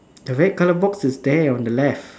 the red coloured box is there on the left